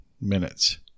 minutes